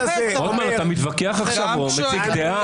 אתה מתווכח עכשיו או מציג דעה?